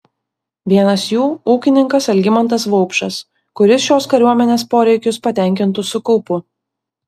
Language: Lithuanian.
vienas jų ūkininkas algimantas vaupšas kuris šiuos kariuomenės poreikius patenkintų su kaupu